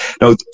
Now